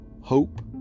hope